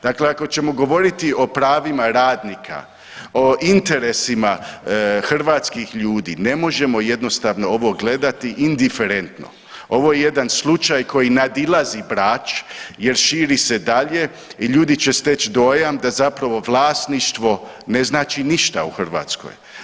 Dakle, ako ćemo govoriti o pravima radnika, o interesima hrvatskih ljudi ne možemo jednostavno ovo gledati indiferentno, ovo je jedan slučaj koji nadilazi Brač jer širi se dalje i ljudi će steć dojam da zapravo vlasništvo ne znači ništa u Hrvatskoj.